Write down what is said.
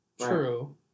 True